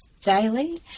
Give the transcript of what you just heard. daily